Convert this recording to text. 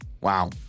Wow